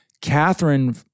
Catherine